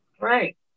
right